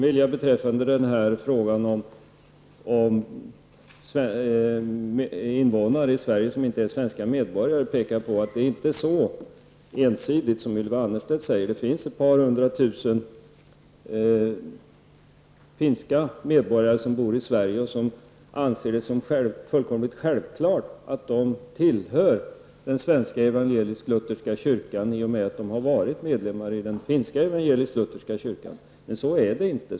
Beträffande frågan om invånare i Sverige som inte är svenska medborgare vill jag peka på att det inte är så ensidigt som Ylva Annerstedt säger. Det finns ett par hundra tusen finska medborgare som bor i Sverige och som anser det som fullkomligt självklart att de tillhör den svenska evangelisklutherska kyrkan i och med att de har varit medlemmar i den finska evangelisk-lutherska kyrkan. Men så är det inte.